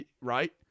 Right